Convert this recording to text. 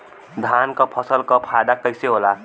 धान क फसल क फायदा कईसे होला?